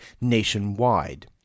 nationwide